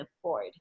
afford